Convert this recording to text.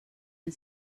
and